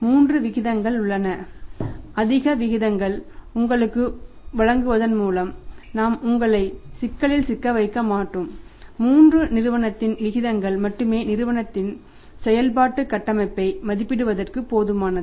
மூன்று விகிதங்கள் உள்ளன அதிக விகிதங்களை உங்களுக்கு வழங்குவதன் மூலம் நாம் உங்களை சிக்கலில் சிக்க வைக்க மாட்டோம் 3 நிறுவனத்தின் விகிதங்கள் மட்டுமே நிறுவனத்தின் செயல்பாட்டு கட்டமைப்பை மதிப்பிடுவதற்கு போதுமானது